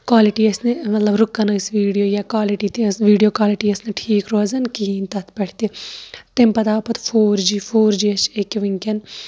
quality ٲسۍ نہٕ مطلب رُکان ٲسۍ ویٖڈیو یا کالٹی تہِ ٲسۍ ویٖڈیو کالٹی ٲسۍ نہٕ ٹھیٖک روزان کِہینۍ تَتھ پٮ۪ٹھ تہِ تَمہِ پَتہٕ آو پَتہٕ فور جی فور جی چھُ أکیاہ وٕنکیٚن